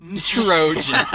Trojan